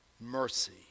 mercy